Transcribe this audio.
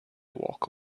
walk